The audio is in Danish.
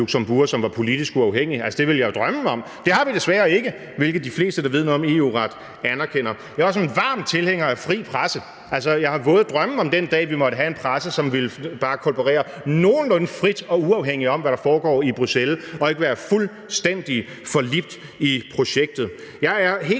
som var politisk uafhængig, og det ville jeg jo drømme om. Det har vi desværre ikke, hvilket de fleste, der ved noget om EU-ret, anerkender. Jeg er også en varm tilhænger af en fri presse, og jeg har våde drømme om den dag, vi måtte have en presse, som bare ville kolportere nogenlunde frit og uafhængigt om, hvad der foregår i Bruxelles, og ikke være fuldstændig forlibt i projektet. Jeg er helt